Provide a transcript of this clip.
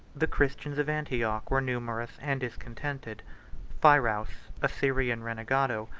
the christians of antioch were numerous and discontented phirouz, a syrian renegado,